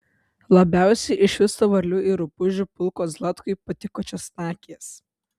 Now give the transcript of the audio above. labiausiai iš viso varlių ir rupūžių pulko zlatkui patiko česnakės